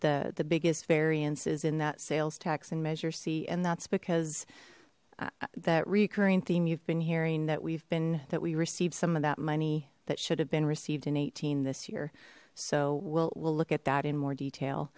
the the biggest variances in that sales tax in measure c and that's because that recurring theme you've been hearing that we've been that we received some of that money that should have been received in eighteen this year so we'll we'll look at that in more detail